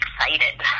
excited